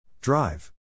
Drive